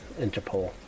Interpol